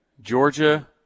Georgia